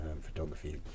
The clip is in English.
photography